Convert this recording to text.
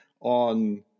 on